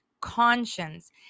conscience